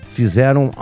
fizeram